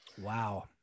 Wow